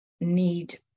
need